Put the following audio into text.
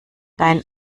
dein